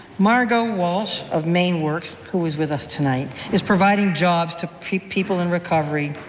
margo walsh of maineworks, who is with us tonight, is providing jobs to people in recovery.